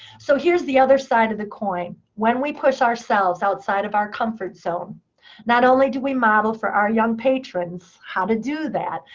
so here's the other side of the coin. when we push ourselves outside of our comfort zone not only do we model for our young patrons how to do that,